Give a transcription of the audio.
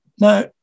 Now